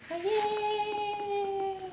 but !yay!